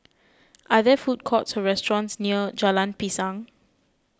are there food courts or restaurants near Jalan Pisang